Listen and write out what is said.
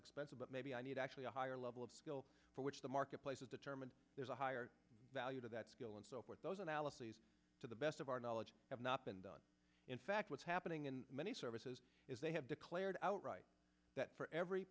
expensive but maybe i need actually a higher level of skill for which the marketplace is determined there's a higher value to that skill and so forth those analyses to the best of our knowledge have not been done in fact what's happening in many services is they have declared outright that for every